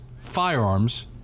firearms